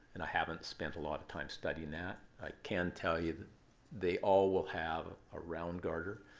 and i haven't spent a lot of time studying that. i can tell you that they all will have a round garter.